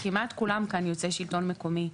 כמעט כולם פה יוצאי שלטון מקומי.